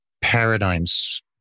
paradigms